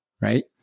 right